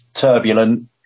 turbulent